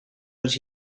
out